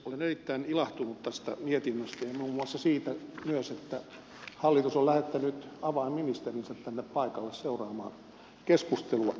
olen erittäin ilahtunut tästä mietinnöstä ja muun muassa siitä myös että hallitus on lähettänyt avainministerinsä tänne paikalle seuraamaan keskustelua